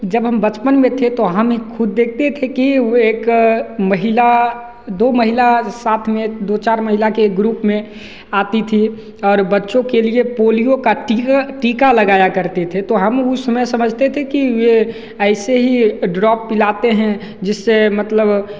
जब हम बचपन में थे तो हमें खुद देखते थे के वे एक महिला दो महिला जो साथ में दो चार महिला के ग्रुप में आती थीं और बच्चो के लिए पोलियों का टिय टीका लगाया करते थे तो हम उस समय समझते थे कि ये ऐसे ही ड्रॉप पिलाते हैं जिससे मतलब